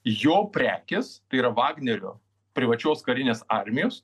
jo prekės tai yra vagnerio privačios karinės armijos